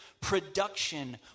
production